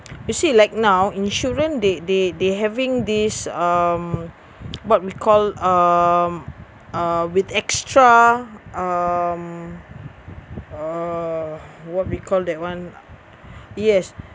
you see like now insurance they they they having this um what we call um uh with extra um uh what we call that one yes